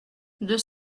deux